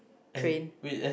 train